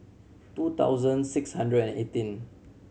two thousand six hundred and eighteen